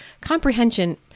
comprehension